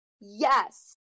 yes